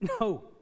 No